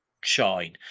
shine